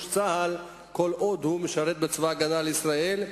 צה"ל" כל עוד הם משרתים בצבא-הגנה לישראל.